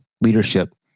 leadership